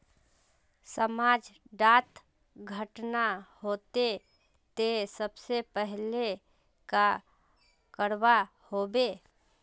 समाज डात घटना होते ते सबसे पहले का करवा होबे?